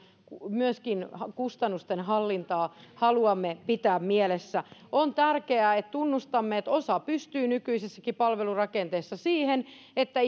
myöskin kansakunnan kustannusten hallinnan haluamme pitää mielessä on tärkeää että tunnustamme että osa pystyy nykyisessäkin palvelurakenteessa siihen että